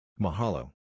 Mahalo